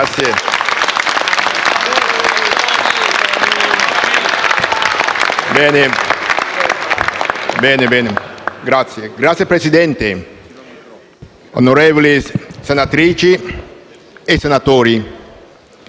Signor Presidente, onorevoli senatrici e senatori,